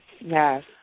Yes